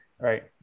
Right